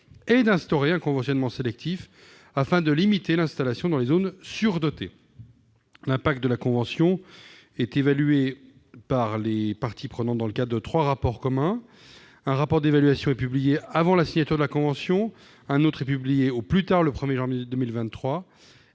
et d'instaurer un conventionnement sélectif, afin de limiter l'installation dans les zones surdotées. L'impact de la convention est évalué par les parties prenantes dans le cadre de trois rapports communs. Un rapport d'évaluation est publié avant la signature de la convention ; un autre est publié au plus tard le 1 janvier 2023